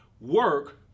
work